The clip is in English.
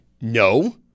no